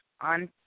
on